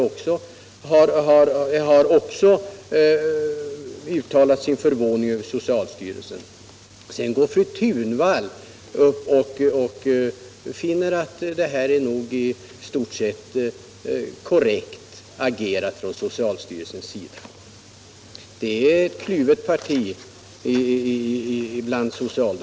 Också talare från andra partier har uttalat sin förvåning över socialstyrelsens handlande. Sedan finner fru Thunvall att socialstyrelsen nog i stort sett agerat korrekt. Socialdemokraterna är i denna fråga ett kluvet parti.